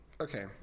okay